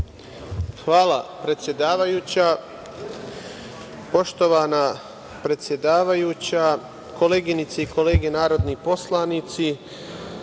Hvala, predsedavajuća. Poštovana predsedavajuća, koleginice i kolege narodni poslanici,